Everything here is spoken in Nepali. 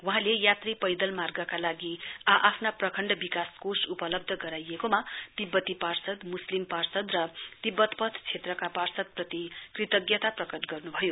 वहाँले यात्री पैदल मार्गका लागि आ आफना प्रखण्ड विकास कोष उपलब्ध गराएकोमा तिब्बती पार्षद मुस्लिम पार्षद र टिवेट रोर्ड पार्षदप्रति कृतज्ञता प्रकट गर्नुभयो